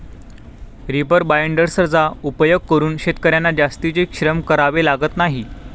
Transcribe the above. reaper बाइंडर्सचा उपयोग करून शेतकर्यांना जास्तीचे श्रम करावे लागत नाही